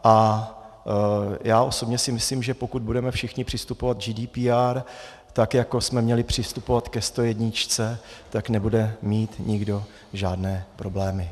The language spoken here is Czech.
A já osobně si myslím, že pokud budeme všichni přistupovat k GDPR tak, jako jsme měli přistupovat je stojedničce, tak nebude mít nikdo žádné problémy.